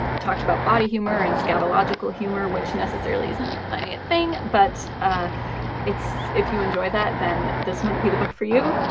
talked about body humor and scatological humor, which necessarily isn't my thing, but it's if you enjoy that, then this might be the book for you.